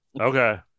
Okay